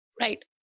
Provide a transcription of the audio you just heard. Right